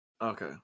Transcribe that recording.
Okay